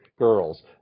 girls